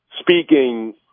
speaking